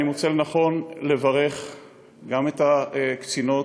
אני מוצא לנכון לברך גם את הקצינות,